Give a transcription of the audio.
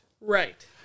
Right